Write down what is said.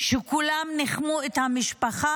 שכולם ניחמו את המשפחה,